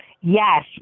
Yes